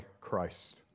Christ